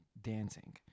dancing